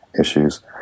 issues